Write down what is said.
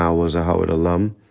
um was a howard alum.